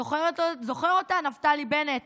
זוכר אותה, נפתלי בנט,